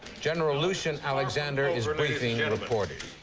general lucian alexander is briefing yeah reporters.